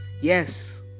Yes